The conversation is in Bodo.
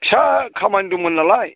फिसा खामानि दंमोन नालाय